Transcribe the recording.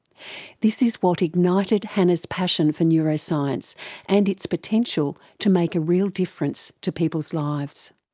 this is what ignited hannah's passion for neuroscience and its potential to make a real difference to people's lives.